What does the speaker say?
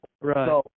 Right